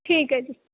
ਠੀਕ ਹੈ ਜੀ